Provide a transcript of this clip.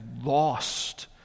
lost